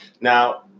Now